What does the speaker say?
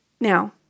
Now